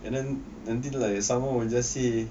and then nanti like someone will just say